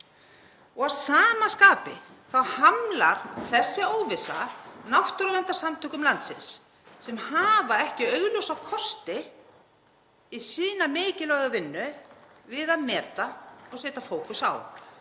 Að sama skapi hamlar þessi óvissa náttúruverndarsamtökum landsins sem hafa ekki augljósa kosti í sína mikilvægu vinnu til að meta og setja fókus á.